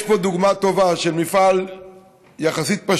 יש פה דוגמה טובה: מפעל פשוט יחסית,